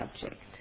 subject